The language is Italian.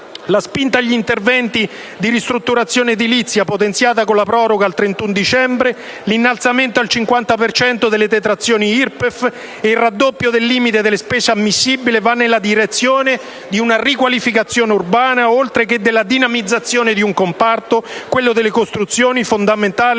La spinta agli interventi di ristrutturazione edilizia potenziata con la proroga al 31 dicembre, l'innalzamento al 50 per cento delle detrazioni IRPEF e il raddoppio del limite delle spese ammissibili vanno nella direzione di una riqualificazione urbana oltre che della dinamizzazione di un comparto - quello delle costruzioni - fondamentale